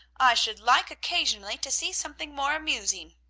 i should like occasionally to see something more amusing.